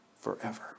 forever